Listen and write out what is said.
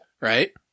right